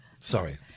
Sorry